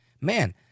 Man